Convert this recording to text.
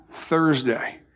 Thursday